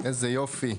איזה יופי.